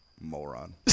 moron